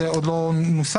זה עוד לא נוסח.